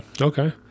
okay